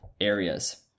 areas